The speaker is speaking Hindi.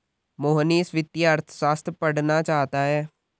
मोहनीश वित्तीय अर्थशास्त्र पढ़ना चाहता है